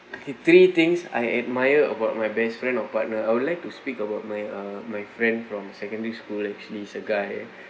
okay three things I admire about my best friend or partner I would like to speak about my uh my friend from secondary school actually is a guy